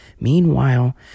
Meanwhile